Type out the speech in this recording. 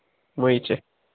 ꯃꯣꯏꯁꯦ